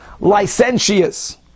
licentious